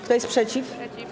Kto jest przeciw?